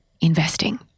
investing